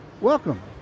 welcome